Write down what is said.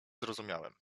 zrozumiałem